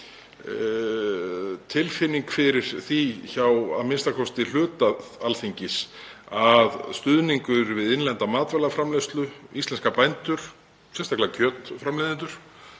tilfinning fyrir því hjá a.m.k. hluta Alþingis að stuðningur við innlenda matvælaframleiðslu, íslenska bændur, sérstaklega kjötframleiðendur,